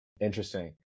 interesting